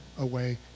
away